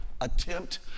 attempt